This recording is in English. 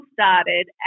started